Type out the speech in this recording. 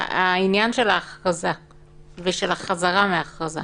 אלא לעניין ההכרזה והחזרה מההכרזה.